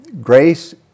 Grace